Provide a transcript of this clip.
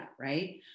right